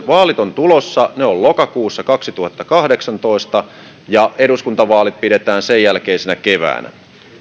vaalit ovat tulossa ne ovat lokakuussa kaksituhattakahdeksantoista ja eduskuntavaalit pidetään sen jälkeisenä keväänä